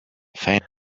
faint